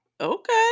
Okay